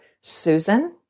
Susan